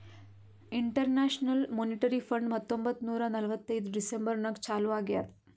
international monetary fund ಹತ್ತೊಂಬತ್ತ್ ನೂರಾ ನಲ್ವತ್ತೈದು ಡಿಸೆಂಬರ್ ನಾಗ್ ಚಾಲೂ ಆಗ್ಯಾದ್